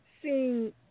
Seeing